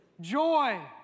Joy